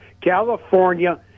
California